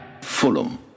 Fulham